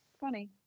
Funny